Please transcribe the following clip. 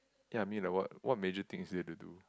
ya mean like what what major things that you have to do